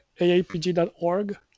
aapg.org